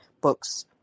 books